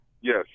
Yes